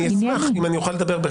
אני אשמח אם אני אוכל לדבר ברצף.